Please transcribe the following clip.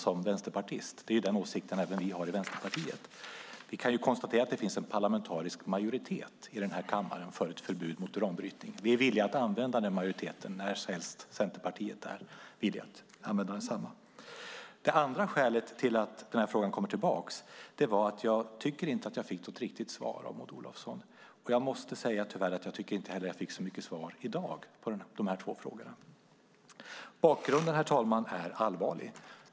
Det är den åsikt som även vi i Vänsterpartiet har. Vi kan konstatera att det finns en parlamentarisk majoritet i denna kammare för ett förbud mot uranbrytning. Vi är villiga att använda den majoriteten närhelst Centerpartiet är villigt att använda densamma. Det andra skälet till att denna fråga kommer tillbaka är att jag inte tyckte att jag fick något riktigt svar av Maud Olofsson. Jag måste tyvärr säga att jag inte tycker att jag fick så mycket svar i dag heller på dessa två frågor. Herr talman! Bakgrunden är allvarlig.